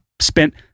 spent